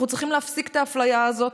אנחנו צריכים להפסיק את האפליה הזאת,